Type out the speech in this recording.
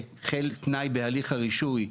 כתנאי בהליך הרישוי,